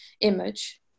image